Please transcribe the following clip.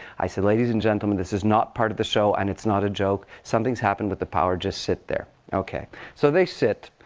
i said, ladies and gentlemen, this is not part of the show. and it's not a joke. something's happened with the power. just sit there. ok, so they sit.